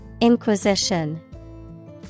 Inquisition